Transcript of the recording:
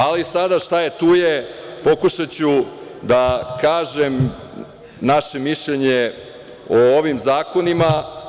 Ali, sada šta je tu je, pokušaću da kažem naše mišljenje o ovim zakonima.